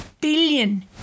billion